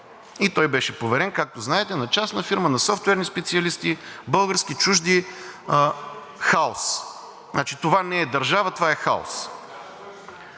и той беше поверен, както знаете, на частна фирма, на софтуерни специалисти – български, чужди – хаос. Значи това не е държава. Това е хаос.